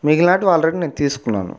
మిగిలినవి ఆల్రెడీ నేను తీసుకున్నాను